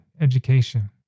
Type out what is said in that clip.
education